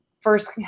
first